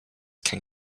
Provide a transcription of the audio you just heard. can